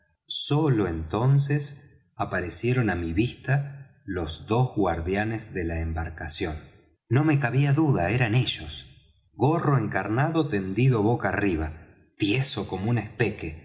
sólo entonces aparecieron á mi vista los dos guardianes de la embarcación no me cabía duda eran ellos gorro encarnado tendido boca arriba tieso como un espeque